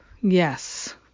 Yes